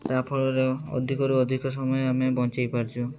ଯାହାଫଳରେ ଅଧିକରୁ ଅଧିକ ସମୟ ଆମେ ବଞ୍ଚେଇ ପାରୁଛୁ